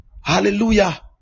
hallelujah